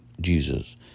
Jesus